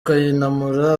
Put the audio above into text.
kayinamura